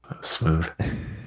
smooth